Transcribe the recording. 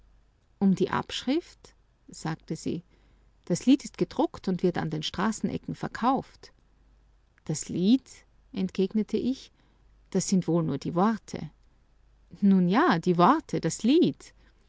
um die abschrift sagte sie das lied ist gedruckt und wird an den straßenecken verkauft das lied entgegnete ich das sind wohl nur die worte nun ja die worte das lied